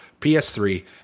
PS3